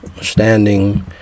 standing